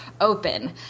open